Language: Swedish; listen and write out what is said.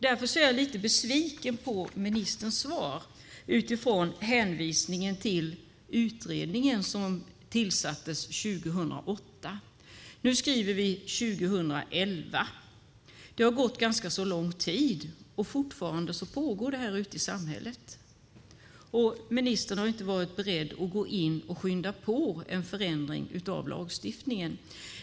Därför är jag lite besviken på ministerns svar utifrån hänvisningen till den utredning som tillsattes 2008. Nu skriver vi 2011. Det har gått ganska lång tid. Det här pågår fortfarande ute i samhället, och ministern har inte varit beredd att skynda på en förändring av lagstiftningen.